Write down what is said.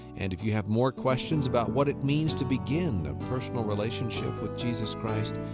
and if you have more questions about what it means to begin a personal relationship with jesus christ,